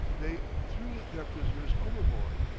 they threw their prisoners overboard.